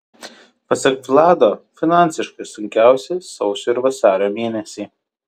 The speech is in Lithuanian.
pasak vlado finansiškai sunkiausi sausio ir vasario mėnesiai